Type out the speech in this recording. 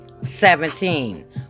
seventeen